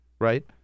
Right